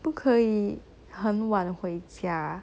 不可以很晚回家